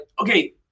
okay